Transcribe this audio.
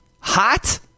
Hot